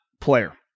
player